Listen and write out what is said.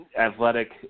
athletic